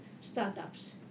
startups